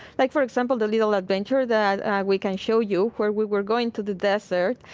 like for example, the little adventure that we can show you where we were going through the desert,